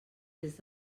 des